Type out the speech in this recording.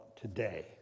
today